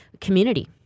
community